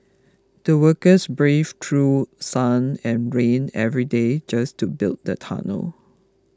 the workers braved through sun and rain every day just to build the tunnel